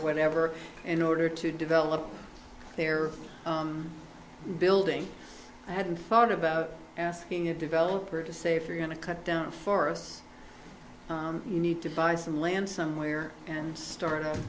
whatever in order to develop their building i hadn't thought about asking a developer to say if you're going to cut down forests you need to buy some land somewhere and start a